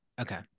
okay